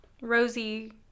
rosie